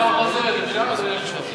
עכשיו הצבעה חוזרת, אפשר, אדוני היושב-ראש?